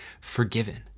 forgiven